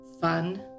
fun